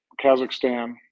Kazakhstan